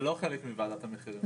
זה לא חלק מוועדת המחירים.